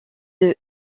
deux